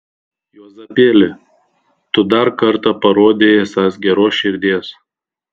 juozapėli tu dar kartą parodei esąs geros širdies